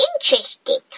interesting